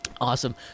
awesome